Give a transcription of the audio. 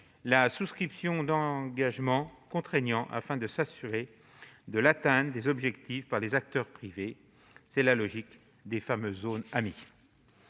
la souscription d'engagements contraignants, afin de s'assurer de l'atteinte des objectifs par les acteurs privés : c'est la logique des fameuses zones AMII.